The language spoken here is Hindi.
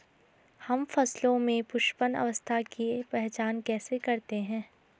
हम फसलों में पुष्पन अवस्था की पहचान कैसे करते हैं?